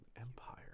Empire